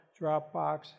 Dropbox